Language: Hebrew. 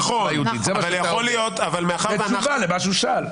נכון, אבל מאחר --- זו תשובה למה שהוא שאל.